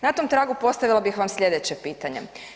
Na tom tragu postavila bih vam slijedeća pitanja.